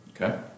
Okay